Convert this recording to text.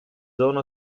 zona